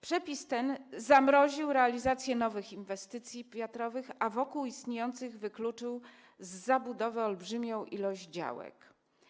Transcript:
Przepis ten zamroził realizację nowych inwestycji wiatrowych, a wokół istniejących wykluczył z zabudowy olbrzymią ilość działek.